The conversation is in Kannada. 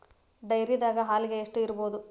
ಡೈರಿದಾಗ ಹಾಲಿಗೆ ಎಷ್ಟು ಇರ್ಬೋದ್?